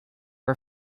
are